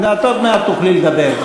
את עוד מעט תוכלי לדבר,